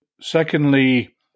Secondly